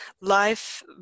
Life